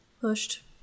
pushed